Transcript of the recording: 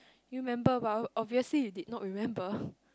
you remember but obviously you did not remember